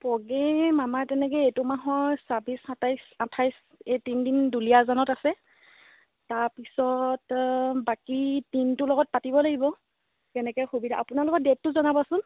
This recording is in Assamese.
প্ৰগ্ৰেম আমাৰ তেনেকৈ এইটো মাহৰ ছাব্বিছ সাতাইছ আঠাইছ এই তিনিদিন দুলীয়াজানত আছে তাৰপিছত বাকী টিমটোৰ লগত পাতিব লাগিব কেনেকৈ সুবিধা আপোনালোকৰ ডেটটো জনাবচোন